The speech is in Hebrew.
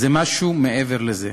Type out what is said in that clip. זה משהו מעבר לזה.